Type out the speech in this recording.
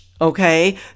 okay